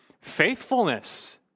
faithfulness